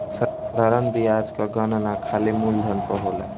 साधारण बियाज कअ गणना खाली मूलधन पअ होला